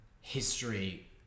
history